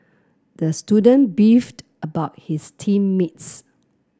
the student beefed about his team mates